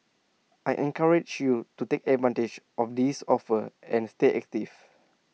I encourage you to take advantage of these offers and stay active